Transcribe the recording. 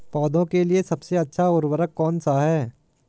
पौधों के लिए सबसे अच्छा उर्वरक कौन सा है?